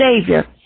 Savior